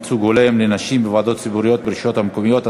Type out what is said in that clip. ייצוג הולם לנשים בוועדות ציבוריות ברשויות המקומיות),